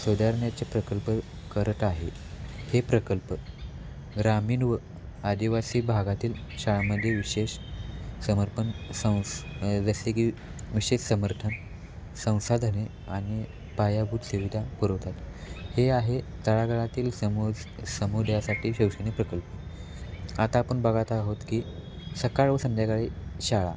सुधारण्याचे प्रकल्प करत आहे हे प्रकल्प ग्रामीण व आदिवासी भागातील शाळामध्ये विशेष समर्पण संस् जसे की विशेष समर्थन संसाधने आणि पायाभूत सुविधा पुरवतात हे आहे तळागाळातील समो समुदायासाठी शैक्षणिक प्रकल्प आता आपण बघत आहोत की सकाळ व संध्याकाळी शाळा